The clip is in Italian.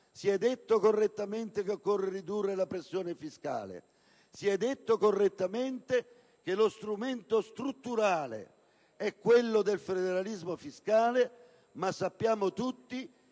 si è detto correttamente che occorre ridurre la pressione fiscale, si è detto correttamente che lo strumento strutturale è quello del federalismo fiscale. Ma sappiamo tutti